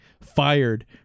fired